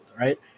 right